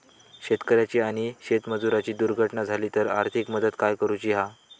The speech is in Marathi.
शेतकऱ्याची आणि शेतमजुराची दुर्घटना झाली तर आर्थिक मदत काय करूची हा?